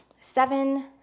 seven